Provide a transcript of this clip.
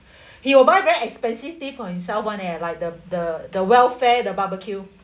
he will buy very expensive tea for himself [one] leh like the the the welfare the barbecue